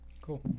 cool